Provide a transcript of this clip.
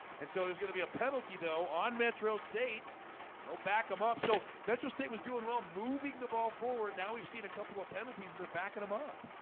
and so there's gonna be a penalty though on metro state no back him up so metro state was doing well moving the ball forward now, we've seen a couple of penalties and they're backing them up.